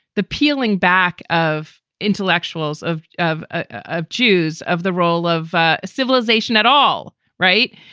the peeling back of intellectuals of of ah of jews, of the role of ah civilization at all. right.